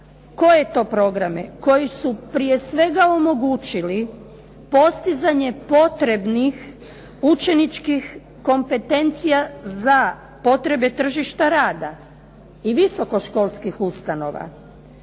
Koje to programe? Koji su prije svega omogućili postizanje potrebnih učeničkih kompetencija za potrebe tržišta rada i visokoškolskih ustanova